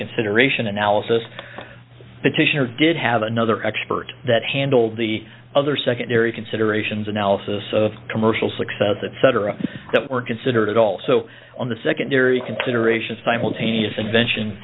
consideration analysis petitioner did have another expert that handled the other secondary considerations analysis of commercial success etc that were considered also on the secondary consideration simultaneous invention